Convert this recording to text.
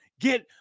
Get